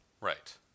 Right